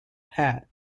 hat